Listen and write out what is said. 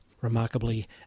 remarkably